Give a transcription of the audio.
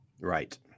right